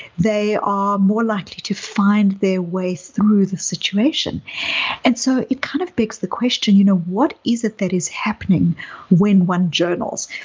they are more likely to find their way through the situation and so it kind of begs the question, you know what is it that is happening when one journals?